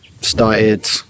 started